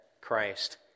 Christ